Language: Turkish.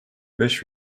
beş